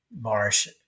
marsh